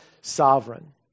sovereign